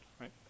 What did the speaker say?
right